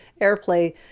airplay